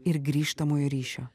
ir grįžtamojo ryšio